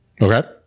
Okay